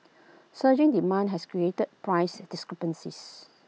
surging demand has created price discrepancies